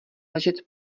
ležet